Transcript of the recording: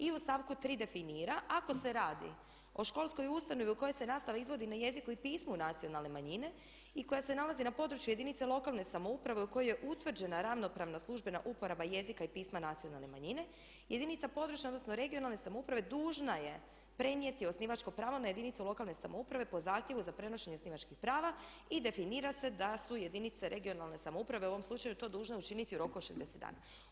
I u stavku 3. definira: "Ako se radi o školskoj ustanovi u kojoj se nastava izvodi na jeziku i pismu nacionalne manjine i koja se nalazi na području jedinice lokalne samouprave u kojoj je utvrđena ravnopravna službena uporaba jezika i pisma nacionalne manjine, jedinica područne odnosno regionalne samouprave dužna je prenijeti osnivačko pravo na jedinice lokalne samouprave po zahtjevu za prenošenje osnivačkih prava i definira se da su jedinice regionalne samouprave u ovom slučaju to dužne učiniti u roku od 60 dana.